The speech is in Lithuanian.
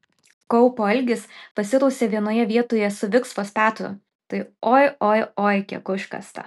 kaupo algis pasirausė vienoje vietoje su viksvos petru tai oi oi oi kiek užkasta